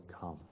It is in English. come